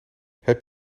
heb